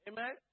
Amen